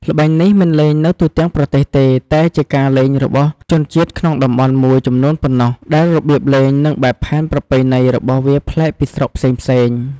ល្បែងនេះមិនលេងនៅទូទាំងប្រទេសទេ តែជាការលេងរបស់ជនជាតិក្នុងតំបន់មួយចំនួនប៉ុណ្ណោះ ដែលរបៀបលេងនិងបែបផែនប្រពៃណីរបស់វាប្លែកពីស្រុកផ្សេងៗ។